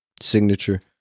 signature